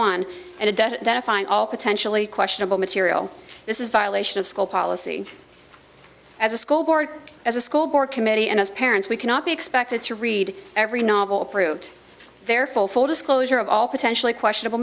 one and it does that a fine all potentially questionable material this is a violation of school policy as a school board as a school board committee and as parents we cannot be expected to read every novel pruett their full full disclosure of all potentially questionable